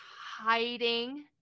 hiding